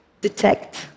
detect